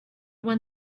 when